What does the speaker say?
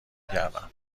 کردم